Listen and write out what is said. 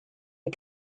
you